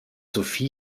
sophie